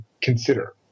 consider